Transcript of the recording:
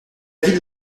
l’avis